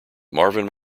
marvin